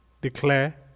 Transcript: declare